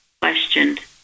questioned